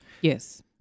Yes